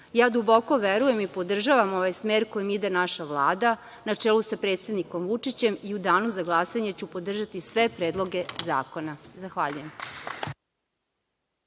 priliku? Duboko verujem i podržavam ovaj smer kojim ide naša Vlada, na čelu sa predsednikom Vučiće i u danu za glasanje ću podržati sve predloge zakona. Hvala.